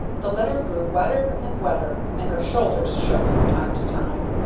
the letter grew wetter and wetter, and her shoulders shook from time to time.